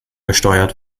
gesteuert